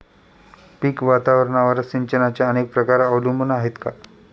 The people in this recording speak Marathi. पीक वातावरणावर सिंचनाचे अनेक प्रकार अवलंबून आहेत का?